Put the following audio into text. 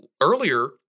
earlier